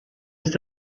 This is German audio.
ist